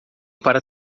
para